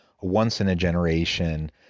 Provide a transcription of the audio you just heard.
once-in-a-generation